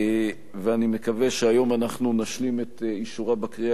ואני מקווה שהיום אנחנו נשלים את אישורה בקריאה